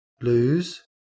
lose